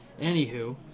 Anywho